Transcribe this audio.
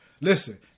Listen